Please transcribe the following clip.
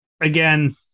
Again